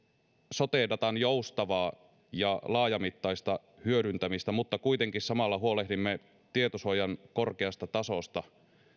sote datan joustavaa ja laajamittaista hyödyntämistä mutta kuitenkin samalla huolehdimme tietosuojan korkeasta tasosta